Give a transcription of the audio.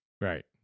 Right